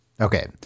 Okay